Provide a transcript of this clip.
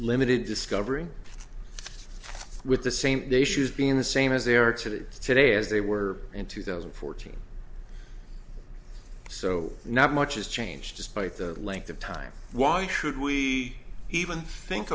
limited discovery with the same day shoes being the same as they are today today as they were in two thousand and fourteen so not much has changed despite the length of time why should we even think